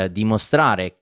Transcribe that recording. dimostrare